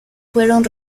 fueron